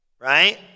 Right